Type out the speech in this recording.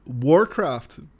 Warcraft